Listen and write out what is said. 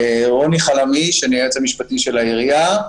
רוני חלמיש, היועץ המשפטי של העירייה.